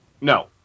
No